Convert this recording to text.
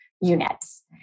units